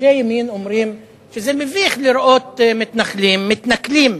אנשי ימין אומרים שזה מביך לראות מתנחלים מתנכלים